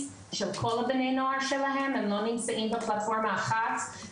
של כל בני הנוער הם לא נמצאים בפלטפורמה אחת,